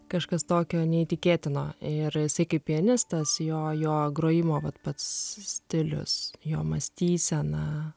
kažkas tokio neįtikėtino ir esi kaip pianistas jo jo grojimo vat pats stilius jo mąstysena